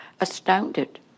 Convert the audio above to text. astounded